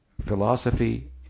philosophy